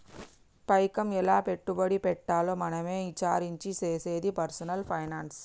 పైకం ఎలా పెట్టుబడి పెట్టాలో మనమే ఇచారించి చేసేదే పర్సనల్ ఫైనాన్స్